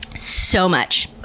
so much.